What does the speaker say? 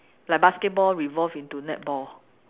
like basketball evolve into netball